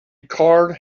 card